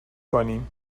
کنیم